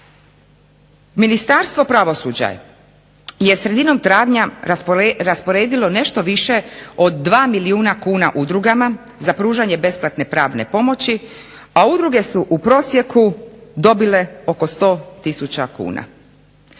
Ministarstvo pravosuđa je sredinom travnja rasporedilo nešto više od 2 milijuna kuna udrugama za pružanje besplatne pravne pomoći, a udruge su u prosjeku dobile oko 100 tisuća kuna.